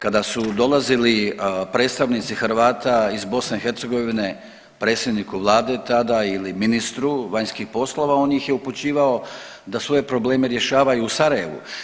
Kada su dolazili predstavnici Hrvata iz BiH predsjedniku vlade tada ili ministru vanjskih poslova on ih je upućivao da svoje probleme rješavaju u Sarajevu.